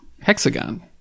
Hexagon